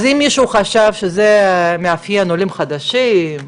אז אם מישהו חשב שזה מאפיין עולים חדשים,